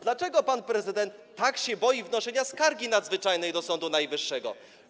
Dlaczego pan prezydent tak się boi wnoszenia skargi nadzwyczajnej do Sądu Najwyższego?